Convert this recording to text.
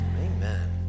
amen